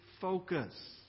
focus